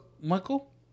Michael